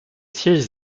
sièges